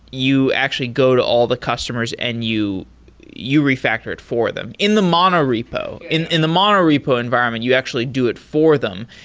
you actually go to all the customers and you you refactor it for them in the mono repo. in in the mono repo environment, you actually do it for them.